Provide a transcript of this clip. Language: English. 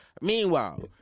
Meanwhile